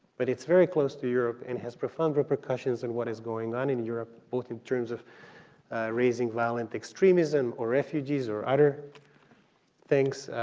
but it's very close to europe and has profound repercussions in what is going on in europe, both in terms of raising violent extremism or refugees or other things,